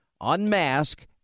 unmask